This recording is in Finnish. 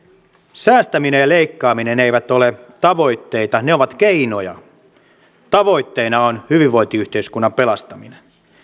säästäminen ja leikkaaminen eivät ole tavoitteita ne ovat keinoja tavoitteena on hyvinvointiyhteiskunnan pelastaminen